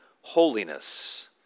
Holiness